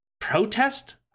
protest